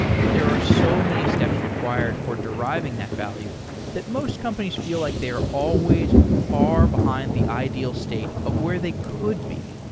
but there are so many steps required for deriving that value that most companies feel like they are always far behind the ideal state of where they could be.